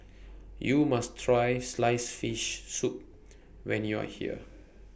YOU must Try Sliced Fish Soup when YOU Are here